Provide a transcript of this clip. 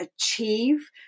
achieve